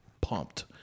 Pumped